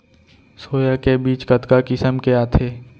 Soya के बीज कतका किसम के आथे?